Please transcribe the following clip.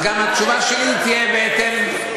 אז גם התשובה שלי תהיה בהתאם.